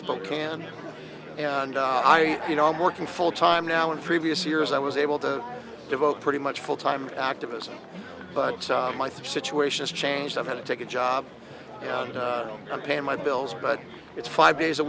spokane and i you know i'm working full time now in previous years i was able to devote pretty much full time activism but my situations changed i've had to take a job and i'm paying my bills but it's five days a